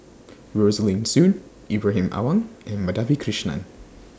Rosaline Soon Ibrahim Awang and Madhavi Krishnan